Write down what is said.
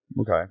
okay